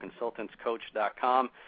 consultantscoach.com